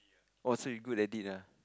!wah! so you good at it ah